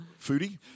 Foodie